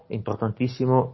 importantissimo